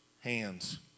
hands